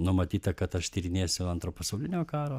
numatyta kad aš tyrinėsiu antro pasaulinio karo